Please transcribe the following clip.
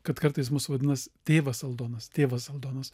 kad kartais mus vadina tėvas aldonas tėvas aldonas